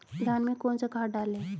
धान में कौन सा खाद डालें?